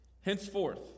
Henceforth